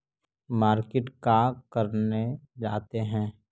Market का करने जाते हैं?